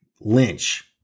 Lynch